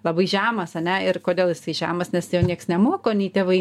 labai žemas ane ir kodėl jisai žemas nes jo nieks nemoko nei tėvai